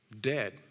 Dead